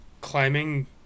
climbing